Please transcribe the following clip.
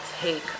take